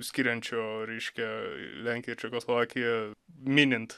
skiriančio reiškia lenkiją ir čekoslovakiją minint